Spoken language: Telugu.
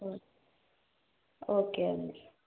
ఓకే అండి